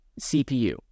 CPU